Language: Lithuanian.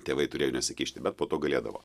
tėvai turėjo nesikišti bet po to galėdavo